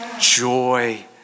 joy